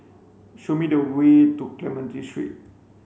show me the way to Clementi Street